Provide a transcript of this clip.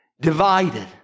divided